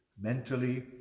mentally